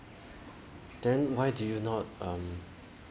then why do you not um